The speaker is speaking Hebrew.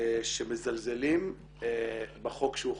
שמזלזלים בחוק שהוא חוקק.